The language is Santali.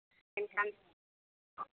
ᱢᱮᱱᱠᱷᱟᱱ